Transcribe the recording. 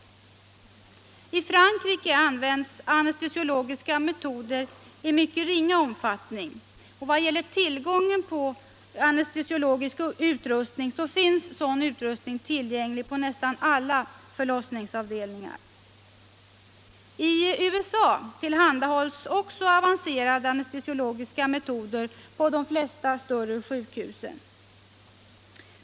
I Frankrike används anestesiologiska metoder i mycket ringa omfattning. Vad gäller tillgången på anestesiologisk utrustning finns sådan tillgänglig på nästan alla förlossningsavdelningar. I USA tillhandahålls också avancerade anestesiologiska metoder på de flesta större sjukhus.